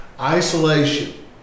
isolation